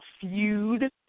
feud